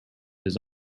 his